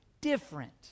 different